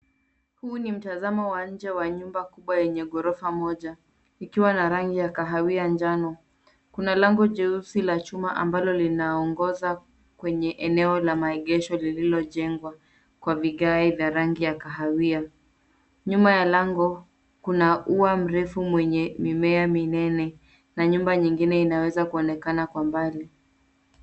Huu ni mtazamo wa nje wa nyumba kubwa yenye ghorofa moja, ikiwa na rangi ya kahawia na njano. Kuna lango jeusi la chuma ambalo linaongoza kwenye eneo la maegesho lililojengwa kwa vigae vya rangi ya kahawia. Nyuma ya lango kuna ua mrefu wenye mimea minene, na nyumba nyingine inaweza kuonekana kwa mbali.